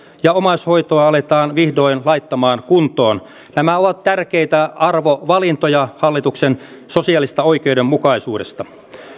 ja omaishoitoa aletaan vihdoin laittamaan kuntoon nämä ovat tärkeitä arvovalintoja hallituksen sosiaalista oikeudenmukaisuutta